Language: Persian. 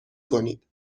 کنید